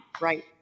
Right